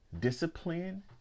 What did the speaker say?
discipline